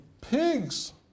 Pigs